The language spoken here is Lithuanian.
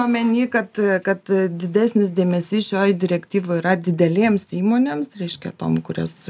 omeny kad kad didesnis dėmesys šioj direktyvoj yra didelėms įmonėms reiškia tom kurios